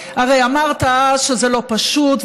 הרי אמרת אז שזה לא פשוט,